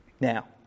Now